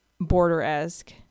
border-esque